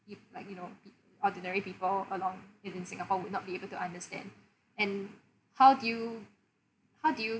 if like you know ordinary people along in in singapore would not be able to understand and how do you how do you